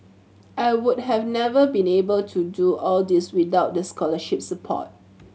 I would have never been able to do all these without the scholarship support